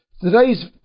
Today's